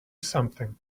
something